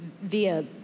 via